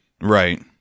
Right